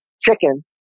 chicken